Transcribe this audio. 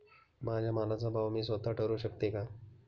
माझ्या मालाचा भाव मी स्वत: ठरवू शकते का?